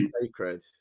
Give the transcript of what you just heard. sacred